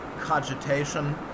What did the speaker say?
cogitation